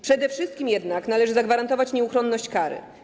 Przede wszystkim jednak należy zagwarantować nieuchronność kary.